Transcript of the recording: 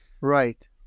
Right